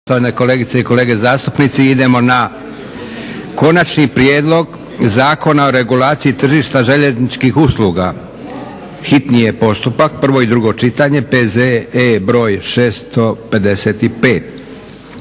**Leko, Josip (SDP)** Konačni prijedlog Zakona o regulaciji tržišta željezničkih usluga, hitni postupak, prvo i drugo čitanje, P.Z.E. br. 655